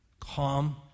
calm